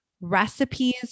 recipes